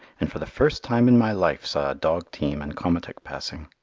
and for the first time in my life saw a dog team and komatik passing.